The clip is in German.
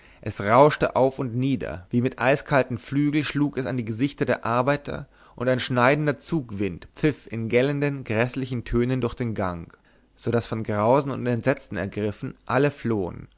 es rauschte auf und nieder wie mit eiskalten flügeln schlug es an die gesichter der arbeiter und ein schneidender zugwind pfiff in gellenden gräßlichen tönen durch den gang so daß von grausen und entsetzen ergriffen alle flohen